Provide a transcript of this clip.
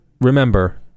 remember